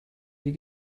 die